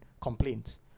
Complaints